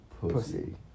pussy